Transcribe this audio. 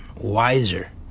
wiser